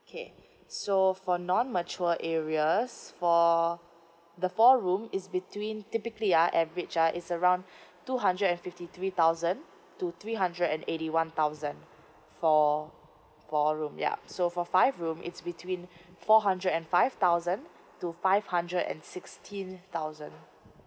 okay so for non mature areas for the four room is between typically ya average uh is around two hundred and fifty three thousand to three hundred and eighty one thousand for four room yup so for five room it's between four hundred and five thousand to five hundred and sixteen thousand